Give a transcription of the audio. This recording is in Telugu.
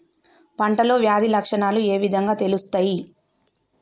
పంటలో వ్యాధి లక్షణాలు ఏ విధంగా తెలుస్తయి?